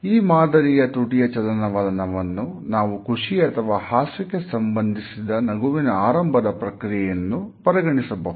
ಈ ಮಾದರಿಯ ತುಟಿಯ ಚಲನವಲನವನ್ನು ನಾವು ಖುಷಿ ಅಥವಾ ಹಾಸ್ಯಕ್ಕೆ ಸಂಬಂಧಿಸಿದ ನಗುವಿನ ಆರಂಭದ ಪ್ರಕ್ರಿಯೆಯನ್ನು ಪರಿಗಣಿಸಬಹುದು